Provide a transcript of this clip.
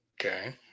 Okay